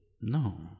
no